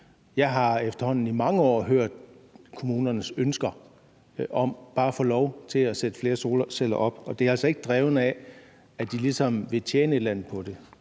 jeg har efterhånden i mange år hørt kommunernes ønsker om bare at få lov til at sætte flere solceller op, og det er altså ikke drevet af, at de ligesom vil tjene et eller andet på det.